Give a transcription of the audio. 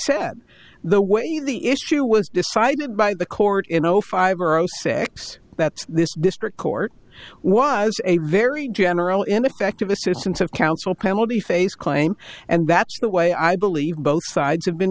said the way the issue was decided by the court in zero five or zero six that this district court was a very general ineffective assistance of counsel penalty phase claim and that's the way i believe both sides have been